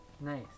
nice